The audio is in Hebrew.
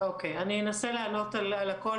אני אנסה לענות על הכול,